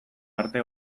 arte